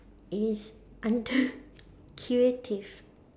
it's under creative